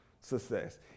success